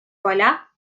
поля